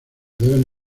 deben